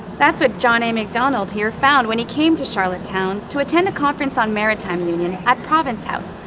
that's what john a. macdonald here found when he came to charlottetown to attend a conference on maritime union at province house,